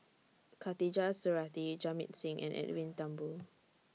Khatijah Surattee Jamit Singh and Edwin Thumboo